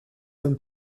from